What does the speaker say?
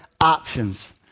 options